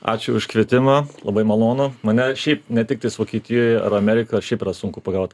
ačiū už kvietimą labai malonu mane šiaip ne tiktais vokietijoje ar amerikoje šiaip yra sunku pagaut